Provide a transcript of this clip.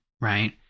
Right